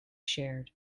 shared